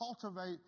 cultivate